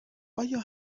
آیا